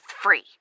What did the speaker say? free